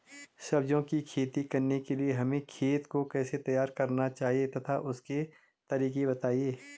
सब्जियों की खेती करने के लिए हमें खेत को कैसे तैयार करना चाहिए तथा उसके तरीके बताएं?